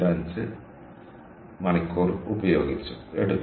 5 മണിക്കൂർ എടുത്തു